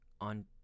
on